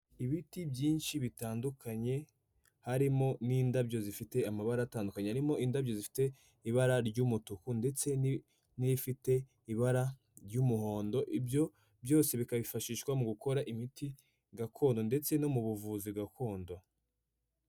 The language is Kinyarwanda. Ibiti byinshi bitandukanye harimo n'indabyo zifite amabara atandukanye. Harimo indabyo zifite ibara ry'umutuku ndetse n'ibifite ibara ry'umuhondo. Ibyo byose bikifashishwa mu gukora imiti gakondo ndetse no mu buvuzi gakondo.